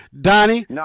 Donnie